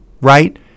right